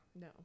No